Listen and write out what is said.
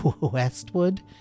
Westwood